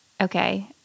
okay